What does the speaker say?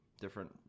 different